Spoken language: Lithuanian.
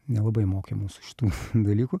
nelabai mokė mūsų šitų dalykų